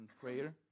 prayer